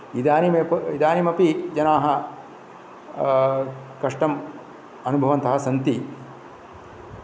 इदानीम् इदीनमपि जनाः कष्टम् अनुभवन्तः सन्ति